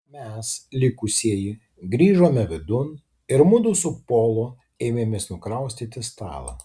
mes likusieji grįžome vidun ir mudu su polu ėmėmės nukraustyti stalą